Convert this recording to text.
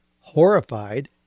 horrified